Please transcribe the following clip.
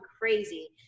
crazy